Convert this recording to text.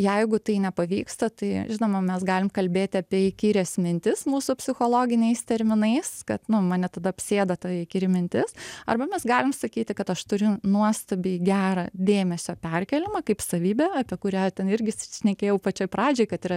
jeigu tai nepavyksta tai žinoma mes galim kalbėti apie įkyrias mintis mūsų psichologiniais terminais kad nu mane tada apsėda ta įkyri mintis arba mes galim sakyti kad aš turiu nuostabiai gerą dėmesio perkėlimą kaip savybę apie kurią ten irgi šnekėjau pačioj pradžioj kad yra